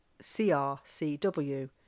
C-R-C-W